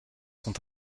sont